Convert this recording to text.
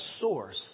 source